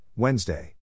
Wednesday